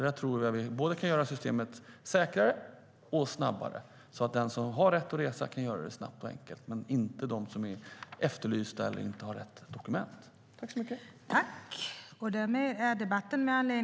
Jag tror att vi kan göra systemet både säkrare och snabbare så att den som har rätt att resa kan göra detta snabbt och enkelt medan de som är efterlysta eller inte har rätt dokument inte kan det.